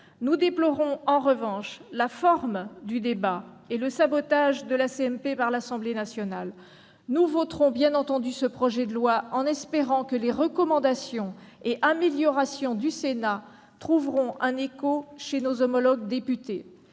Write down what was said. Nous déplorons en revanche la forme du débat et le sabotage de la CMP par l'Assemblée nationale. Nous voterons bien entendu ce projet de loi, en espérant que les recommandations et améliorations du Sénat trouveront un écho auprès de nos collègues députés.